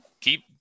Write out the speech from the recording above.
keep